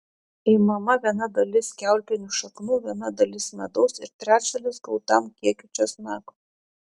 imama viena dalis kiaulpienių šaknų viena dalis medaus ir trečdalis gautam kiekiui česnako